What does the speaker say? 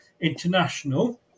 international